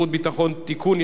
(תיקון,